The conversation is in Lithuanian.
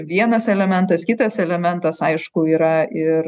vienas elementas kitas elementas aišku yra ir